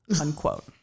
unquote